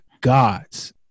God's